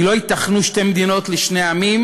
כי לא ייתכנו שתי מדינות לשני עמים